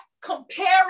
comparing